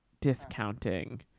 discounting